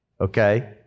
okay